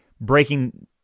breaking